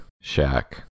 Shack